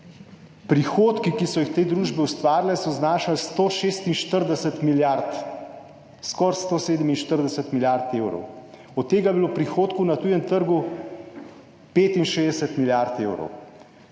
Prihodki, ki so jih te družbe ustvarile, so znašali 146 milijard, skoraj 147 milijard evrov, od tega je bilo prihodkov na tujem trgu 65 milijard evrov.